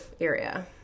area